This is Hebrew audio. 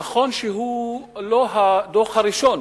נכון שהוא לא הדוח הראשון